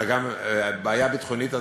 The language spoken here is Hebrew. אלא גם בעיה ביטחונית.